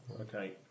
Okay